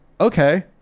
okay